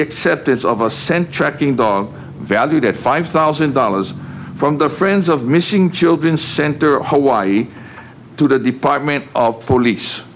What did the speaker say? acceptance of a scent tracking dog valued at five thousand dollars from the friends of missing children center of hawaii to the department of police